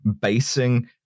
basing